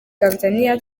tanzaniya